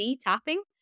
tapping